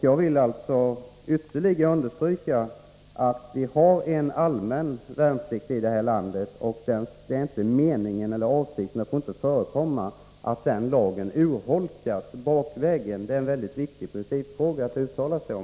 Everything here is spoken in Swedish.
Jag vill ytterligare understryka att vi har en allmän värnplikt i detta land, och det är inte avsikten och får inte förekomma att värnpliktslagen urholkas bakvägen. Det är en mycket viktig principfråga att uttala sig om.